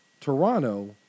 Toronto